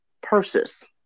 purses